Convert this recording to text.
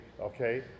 okay